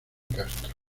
castro